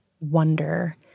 wonder